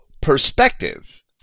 perspective